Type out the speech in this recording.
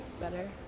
better